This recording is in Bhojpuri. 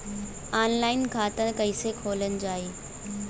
ऑनलाइन खाता कईसे खोलल जाई?